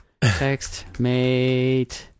TextMate